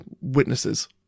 witnesses